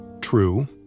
True